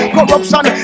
Corruption